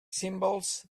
symbols